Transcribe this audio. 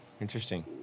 Interesting